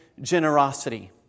generosity